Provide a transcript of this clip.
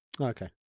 Okay